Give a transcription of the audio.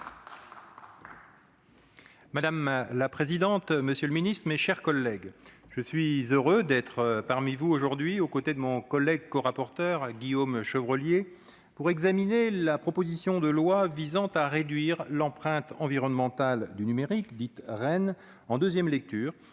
Madame la présidente, monsieur le secrétaire d'État, mes chers collègues, je suis heureux d'être parmi vous aujourd'hui, aux côtés de mon collègue corapporteur Guillaume Chevrollier, pour examiner la proposition de loi visant à réduire l'empreinte environnementale du numérique, en deuxième lecture,